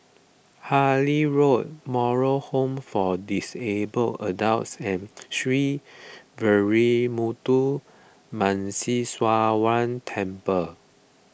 Harlyn Road Moral Home for Disabled Adults and Sree Veeramuthu Muneeswaran Temple